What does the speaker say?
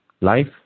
life